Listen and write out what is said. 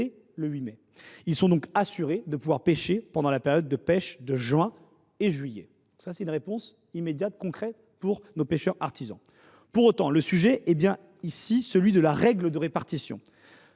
Ceux ci sont donc assurés de pouvoir pêcher pendant la période de pêche de juin et juillet : voilà une réponse concrète pour les pêcheurs artisans. Pour autant, le sujet est bien celui de la règle de répartition